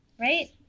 Right